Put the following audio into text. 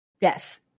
Yes